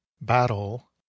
Battle